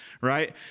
right